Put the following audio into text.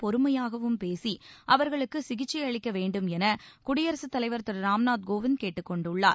பொறுமையாகவும் பேசி அவர்களுக்கு சிகிச்சை அளிக்க வேண்டும் என குடியரசு தலைவர் திரு ராம்நாத் கோவிந்த் கேட்டுக் கொண்டுள்ளார்